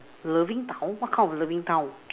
loving town what kind of loving town